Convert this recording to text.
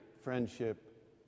friendship